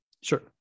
Sure